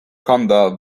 conda